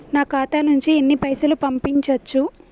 నా ఖాతా నుంచి ఎన్ని పైసలు పంపించచ్చు?